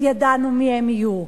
ידענו מי הם יהיו.